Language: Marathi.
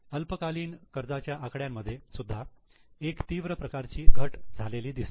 अल्पकालीन कर्जाच्या आकड्यांमध्ये सुद्धा एक तीव्र प्रकारची घट झालेली दिसते